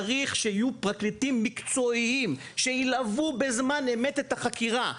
צריך שיהיו פרקליטים מקצועיים שילוו בזמן אמת את החקירה,